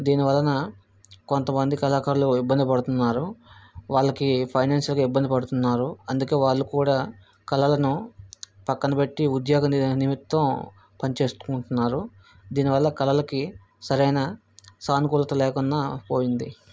దీనివలన కొంత మంది కళాకారులు ఇబ్బంది పడుతున్నారు వాళ్ళకి ఫైనాన్సియల్గా ఇబ్బంది పడుతున్నారు అందుకే వాళ్ళు కూడా కళలను పక్కనబెట్టి ఉద్యోగ నిమిత్తం పనిచేసుకుంటున్నారు దీనివల్ల కళలకి సరైన సానుకూలత లేకుండా పోయింది